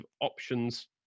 options